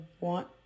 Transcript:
want